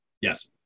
yes